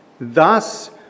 thus